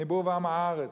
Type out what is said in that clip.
אני בור ועם הארץ,